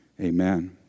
amen